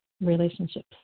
relationships